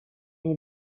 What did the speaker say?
они